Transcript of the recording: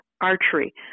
archery